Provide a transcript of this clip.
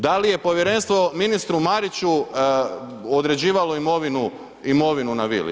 Da li je povjerenstvo ministru Mariću određivalo imovinu na vili?